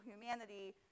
humanity